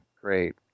great